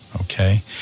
Okay